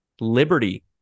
Liberty